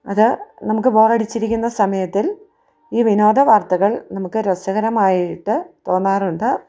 അത് നമുക്ക് ബോറടിച്ചിരിക്കുന്ന സമയത്തിൽ ഈ വിനോദ വാർത്തകൾ നമുക്ക് രസകരമായിട്ട് തോന്നാറുണ്ട്